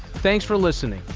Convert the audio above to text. thanks for listening.